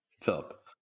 philip